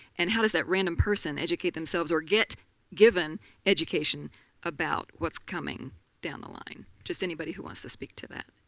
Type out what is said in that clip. and how does that random person educate themselves or get given education about what's coming down the line, just anybody who wants to speak to that.